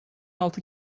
altı